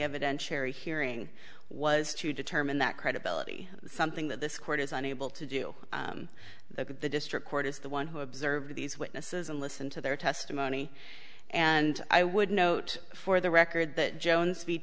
evidentiary hearing was to determine that credibility something that this court is unable to do the district court is the one who observed these witnesses and listened to their testimony and i would note for the record that jones